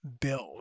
build